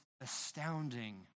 astounding